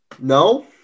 No